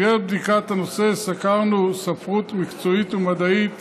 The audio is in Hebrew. במסגרת בדיקת הנושא סקרנו ספרות מקצועית ומדעית